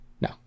no